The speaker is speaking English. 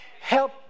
Help